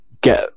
get